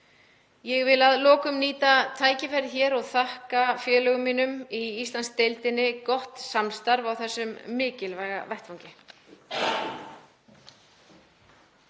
Ég vil að lokum nýta tækifærið hér og þakka félögum mínum í Íslandsdeildinni gott samstarf á þessum mikilvæga vettvangi.